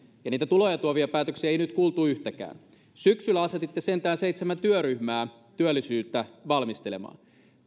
ja niitä tuloja tuovia päätöksiä ei nyt kuultu yhtäkään syksyllä asetitte sentään seitsemän työryhmää työllisyyttä valmistelemaan